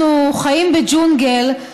אנחנו חיים בג'ונגל.